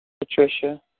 Patricia